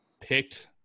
picked